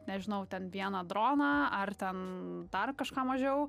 nežinau ten vieną droną ar ten dar kažką mažiau